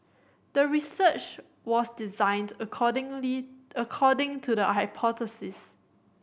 the research was designed accordingly according to the hypothesis